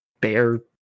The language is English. bear